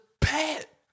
pet